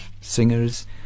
singers